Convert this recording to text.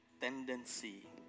tendency